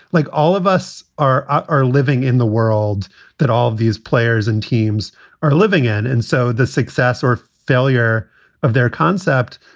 like all of us are are living in the world that all of these players and teams are living in. and so the success or failure of their concept.